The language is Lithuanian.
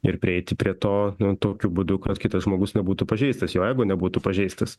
ir prieiti prie to tokiu būdu kad kitas žmogus nebūtų pažeistas jo ego nebūtų pažeistas